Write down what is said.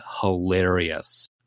hilarious